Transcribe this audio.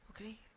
Okay